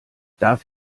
darf